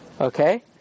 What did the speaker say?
Okay